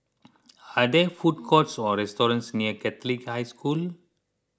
are there food courts or restaurants near Catholic High School